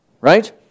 right